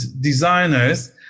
designers